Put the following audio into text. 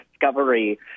discovery